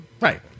Right